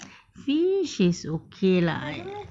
fish is okay lah